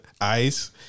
ice